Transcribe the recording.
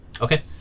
Okay